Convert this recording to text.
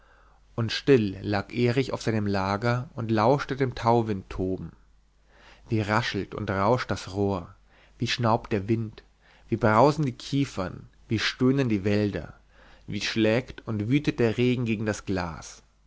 und still lag erich auf seinem lager und lauschte dem tauwindtoben wie raschelt und rauscht das rohr wie schnaubt der wind wie brausen die kiefern wie stöhnen die wälder wie schlägt und wütet der regen gegen das glas